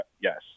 Yes